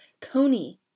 Coney